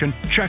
check